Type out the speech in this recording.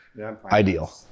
ideal